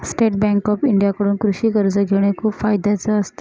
state Bank of India कडून कृषि कर्ज घेण खूप फायद्याच असत